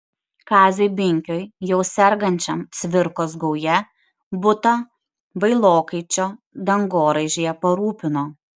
kaziui binkiui jau sergančiam cvirkos gauja butą vailokaičio dangoraižyje parūpino